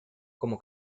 como